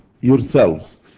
yourselves